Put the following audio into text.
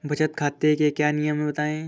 बचत खाते के क्या नियम हैं बताएँ?